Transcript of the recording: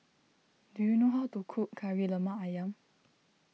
do you know how to cook Kari Lemak Ayam